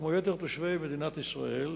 כמו יתר תושבי מדינת ישראל,